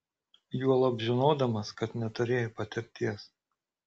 juolab žinodamas kad neturėjai patirties